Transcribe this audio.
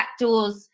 backdoors